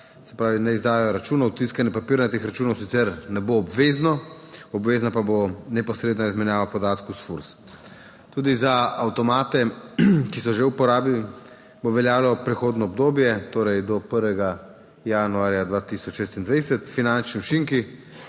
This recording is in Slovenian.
se pravi ne izdaja računov. Tiskanje papirnatih računov sicer ne bo obvezno, obvezna pa bo neposredna izmenjava podatkov s FURS. Tudi za avtomate, ki so že v uporabi, bo veljalo prehodno obdobje, torej do 1. januarja 2026. Finančni učinki.